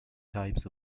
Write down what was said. types